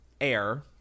air